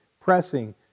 pressing